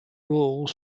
rules